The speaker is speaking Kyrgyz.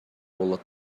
болот